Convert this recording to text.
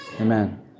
amen